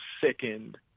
sickened